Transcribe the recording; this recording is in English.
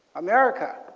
america.